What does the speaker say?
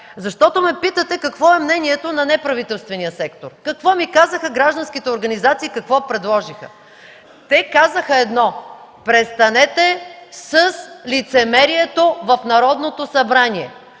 Питате ме: какво е мнението на неправителствения сектор, какво ми казаха гражданските организации, какво предложиха? Те казаха едно: „Престанете с лицемерието в Народното събрание.